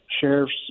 sheriffs